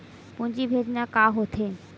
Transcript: पूंजी भेजना का होथे?